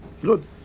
good